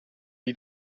dei